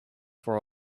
for